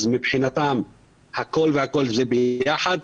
אז מבחינתם הכול זה ביחד.